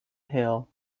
hill